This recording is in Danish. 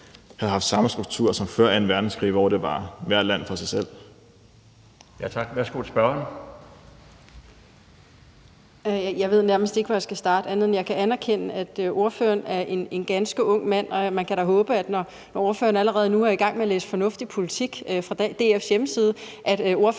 Jeg ved nærmest ikke, hvor jeg skal starte, ud over at jeg kan anerkende, at ordføreren er en ganske ung mand, og man kan da håbe, når ordføreren allerede nu er i gang med at læse fornuftig politik på DF's hjemmeside, at ordføreren